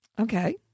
Okay